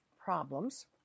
problems